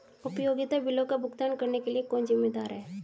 उपयोगिता बिलों का भुगतान करने के लिए कौन जिम्मेदार है?